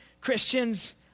Christians